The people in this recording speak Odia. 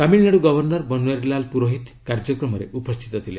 ତାମିଲନାଡ଼ ଗଭର୍ଣ୍ଣର ବନଓ୍ୱାରୀଲାଲ ପୁରୋହିତ କାର୍ଯ୍ୟକ୍ରମରେ ଉପସ୍ଥିତ ଥିଲେ